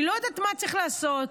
אני לא יודעת מה צריך לעשות,